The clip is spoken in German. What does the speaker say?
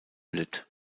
litt